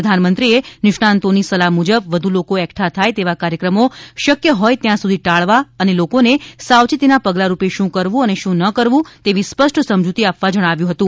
પ્રધાનમંત્રીએ નિષ્ણાંતોની સલાહ મુજબ વધુ લોકો એકઠા થાય તેવા કાર્યક્રમો શક્ય હોય ત્યાં સુધી ટાળવા અને લોકોને સાવચેતીના પગલા રૂપે શું કરવું જોઇએ અને શું ન કરવું જોઇએ તેવી સ્પષ્ટ સમજૂતી આપવા જણાવ્યું હતું